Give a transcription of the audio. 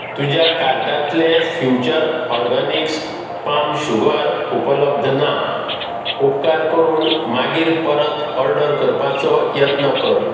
तुज्या कार्टांतलें Future Organics palm sugar उपलब्ध ना उपकार करून मागीर परत ऑर्डर करपाचो यत्न कर